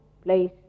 place